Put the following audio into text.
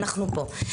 אנחנו פה.